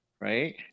Right